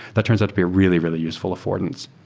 that turns out to be a really, really useful affordance.